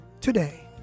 today